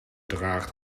draagt